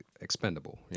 expendable